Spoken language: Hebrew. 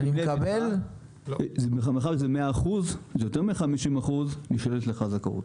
בכלל- -- מאחר שזה 100% אז נשללת ממך הזכאות.